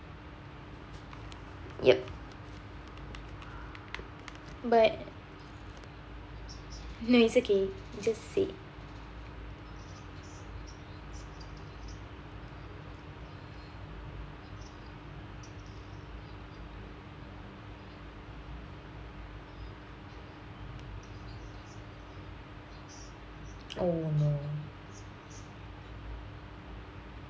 yup but no it's okay you just say oh no